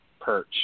perch –